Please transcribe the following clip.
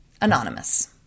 Anonymous